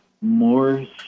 more